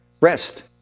Rest